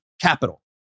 capital